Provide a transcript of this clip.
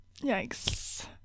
yikes